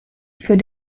für